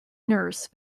nurse